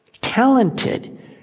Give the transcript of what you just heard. talented